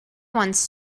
wants